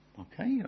Okay